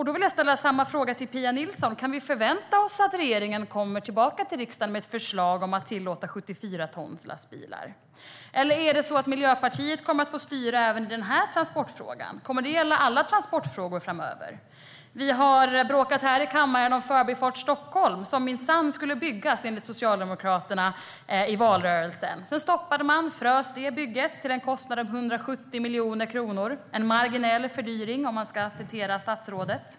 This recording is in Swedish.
Då vill jag ställa samma fråga till Pia Nilsson: Kan vi förvänta oss att regeringen kommer tillbaka till riksdagen med ett förslag om att tillåta lastbilar på 74 ton, eller kommer Miljöpartiet att få styra även den här transportfrågan? Kommer det att gälla alla transportfrågor framöver? Vi har bråkat här i kammaren om Förbifart Stockholm, som minsann skulle byggas, enligt Socialdemokraterna i valrörelsen. Sedan stoppade man och frös det bygget till en kostnad av 170 miljoner kronor - en marginell fördyring, för att citera statsrådet.